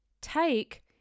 take